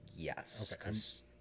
Yes